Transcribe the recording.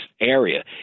area